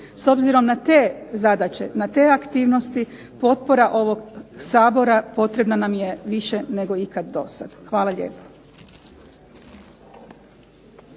S obzirom na te zadaće, na te aktivnosti, potpora ovog Sabora potrebna nam je više nego do sada. Hvala lijepa.